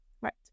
right